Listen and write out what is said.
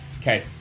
Okay